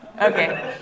Okay